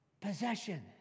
possession